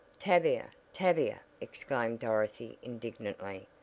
tavia, tavia! exclaimed dorothy indignantly,